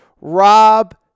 Rob